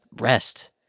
rest